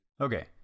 Okay